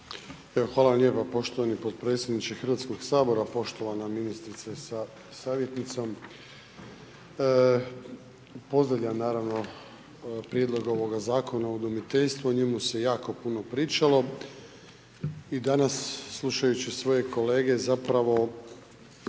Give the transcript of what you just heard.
vam lijepa poštovani potpredsjedniče Hrvatskog sabora, poštovana ministrice sa savjetnicom. Pozdravljam naravno prijedlog ovog Zakona o udomiteljstvu, o njemu se jako puno pričalo i danas slučajući svoje kolege zapravo